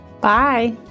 Bye